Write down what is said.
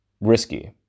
risky